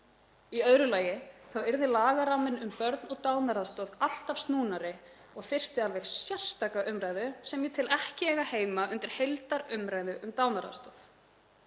Í öðru lagi yrði lagaramminn um börn og dánaraðstoð alltaf snúnari og þyrfti alveg sérstakrar umræðu sem ég tel ekki eiga heima undir heildarumræðu um dánaraðstoð.